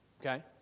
Okay